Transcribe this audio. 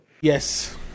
Yes